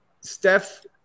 Steph